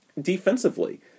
defensively